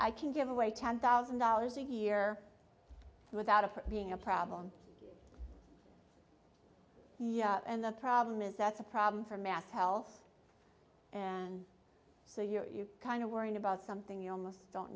i can give away ten thousand dollars a year without of her being a problem and the problem is that's a problem for mass health and so you kind of worrying about something you almost don't